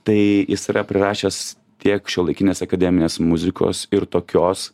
tai jis yra prirašęs tiek šiuolaikinės akademinės muzikos ir tokios